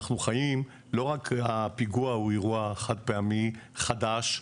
לא רק הפיגוע הוא אירוע חד פעמי וחדש,